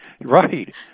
right